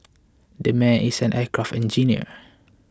that man is an aircraft engineer